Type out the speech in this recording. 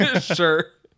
sure